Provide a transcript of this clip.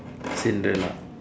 Cinderella